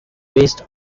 based